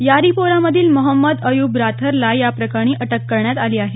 यारीपोरा मधील मोहम्मद अयूब राथरला या प्रकरणी अटक करण्यात आली आहे